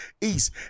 East